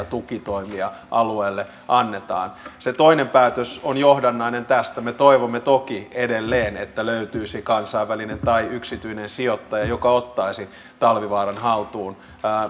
tukitoimia alueelle annetaan se toinen päätös on johdannainen tästä me toivomme toki edelleen että löytyisi kansainvälinen tai yksityinen sijoittaja joka ottaisi talvivaaran haltuun